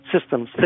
systems